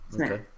Okay